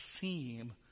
seem